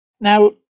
Now